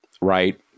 Right